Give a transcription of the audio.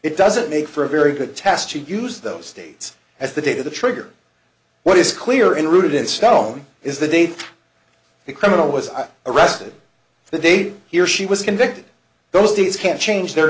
it doesn't make for a very good test to use those states as the date of the trigger what is clear in rooted in stone is the date the criminal was arrested the date he or she was convicted those things can change their